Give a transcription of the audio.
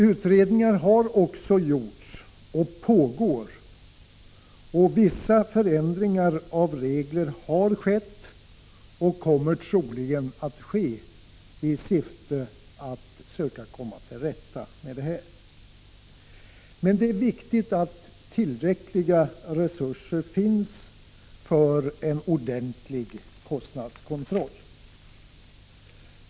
Utredningar har gjorts och utredningar pågår. Vissa förändringar av reglerna har skett, och ytterligare förändringar kommer troligen att ske, i syfte att söka komma till rätta med förhållandena. Det är alltså viktigt att det finns tillräckligt med resurser för en ordentlig kostnadskontroll.